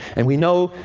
and we know,